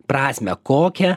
prasmę kokią